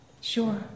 Sure